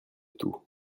tout